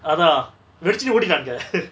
அதா வெடிச்சிட்டு ஓடிட்டாங்க:atha vedichittu odittaanga